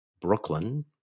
Brooklyn